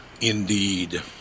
Indeed